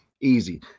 Easy